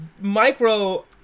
micro